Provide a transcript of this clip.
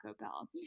Bell